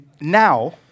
Now